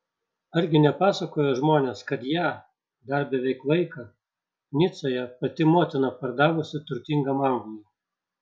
argi nepasakojo žmonės kad ją dar beveik vaiką nicoje pati motina pardavusi turtingam anglui